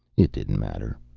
it didn't matter.